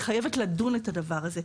היא חייבת לדון את הדבר הזה.